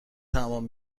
تمام